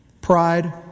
Pride